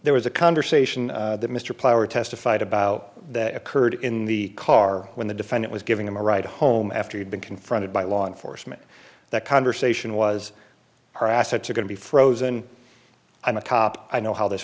there was a conversation that mr plummer testified about that occurred in the car when the defendant was giving him a ride home after he'd been confronted by law enforcement that conversation was her assets are going to be frozen i'm a cop i know how this